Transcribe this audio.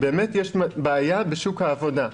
יש בעיה אמיתית בשוק העבודה.